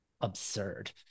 absurd